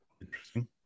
interesting